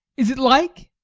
is it like?